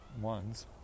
ones